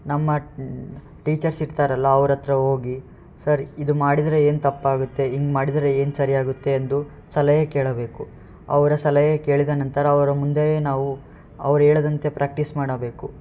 ನಮ್ಮ ಟೀಚರ್ಸ್ ಇರ್ತಾರಲ್ಲ ಅವ್ರ ಹತ್ರ ಹೋಗಿ ಸರ್ ಇದು ಮಾಡಿದರೆ ಏನು ತಪ್ಪಾಗತ್ತೆ ಹಿಂಗೆ ಮಾಡಿದರೆ ಏನು ಸರಿಯಾಗುತ್ತೆ ಎಂದು ಸಲಹೆ ಕೇಳಬೇಕು ಅವರ ಸಲಹೆ ಕೇಳಿದ ನಂತರ ಅವರ ಮುಂದೆಯೇ ನಾವು ಅವ್ರು ಹೇಳ್ದಂತೆ ಪ್ರ್ಯಾಕ್ಟೀಸ್ ಮಾಡಬೇಕು